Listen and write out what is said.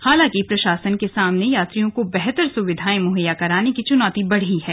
हालांकि प्रशासन के सामने यात्रियों को बेहतर सुविधाएं मुहैया कराने की चुनौती भी बढ़ी है